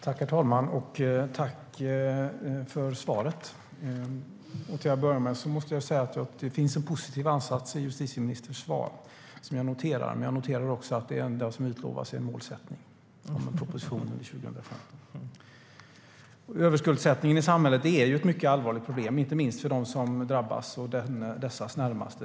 Herr talman! Tack för svaret! Till att börja med måste jag säga att det finns en positiv ansats i justitieministerns svar som jag noterar, men jag noterar också att det enda som utlovas är en målsättning om en proposition 2015. Överskuldsättningen i samhället är ett mycket allvarligt problem, inte minst för dem som drabbas och deras närmaste.